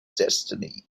destiny